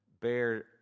bear